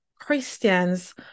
Christians